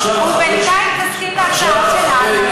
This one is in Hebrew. עכשיו, ובינתיים תסכים להצעה שלנו.